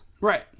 Right